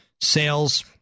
Sales